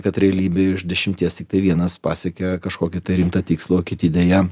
kad realybėj iš dešimties tiktai vienas pasiekia kažkokį tai rimtą tikslą o kiti deja